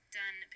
done